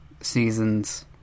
seasons